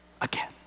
again